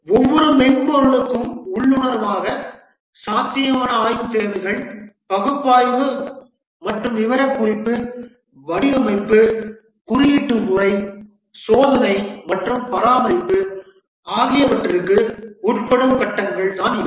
எனவே ஒவ்வொரு மென்பொருளும் உள்ளுணர்வாக சாத்தியமான ஆய்வுத் தேவைகள் பகுப்பாய்வு மற்றும் விவரக்குறிப்பு வடிவமைப்பு குறியீட்டு முறை சோதனை மற்றும் பராமரிப்பு ஆகியவற்றிற்கு உட்படும் கட்டங்கள் இவை